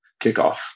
kickoff